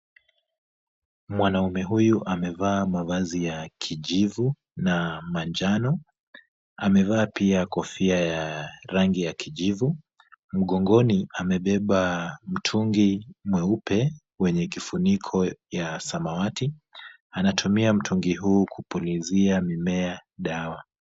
Mwanaume huyu amevaa mavazi ya kijivu na manjano. Amevaa pia kofia ya rangi ya kijivu. Mgongoni amebeba mtungi mweupe wenye kifuniko ya samawati. Anatumia mtungi huu kupulizia mimea dawa.